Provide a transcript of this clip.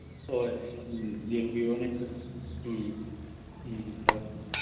ꯍꯣꯏ ꯎꯝ ꯌꯦꯡꯕꯤꯌꯣꯅꯦ ꯎꯝ ꯎꯝ